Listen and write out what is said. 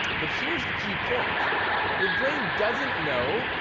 but here's the key point your brain doesn't know,